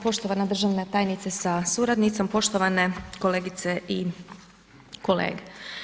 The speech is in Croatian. Poštovana državna tajnice sa suradnicom, poštovane kolegice i kolege.